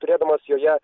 turėdamas joje